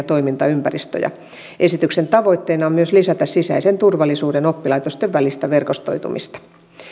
toimintaympäristöjä esityksen tavoitteena on myös lisätä sisäisen turvallisuuden oppilaitosten välistä verkostoitumista